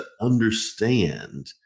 understand